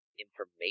Information